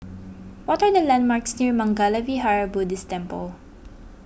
what are the landmarks near Mangala Vihara Buddhist Temple